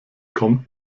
kommt